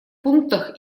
пунктах